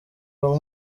uwo